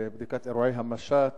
לבדיקת אירועי המשט,